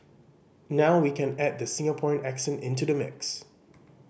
now we can add the Singaporean accent into the mix